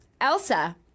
Elsa